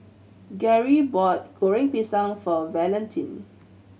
Geri bought Goreng Pisang for Valentine